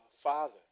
father